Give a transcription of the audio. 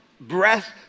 breath